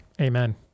Amen